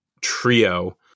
trio